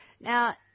Now